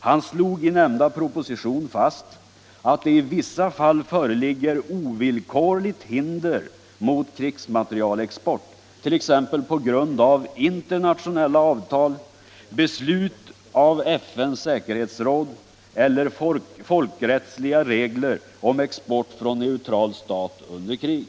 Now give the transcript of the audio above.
Han slog i nämnda proposition fast att det i vissa fall föreligger ovillkorligt hinder mot krigsmaterielexport, t.ex. på grund av internationella avtal, beslut av FN:s säkerhetsråd eller folkrättsliga regler om export från neutral stat under krig.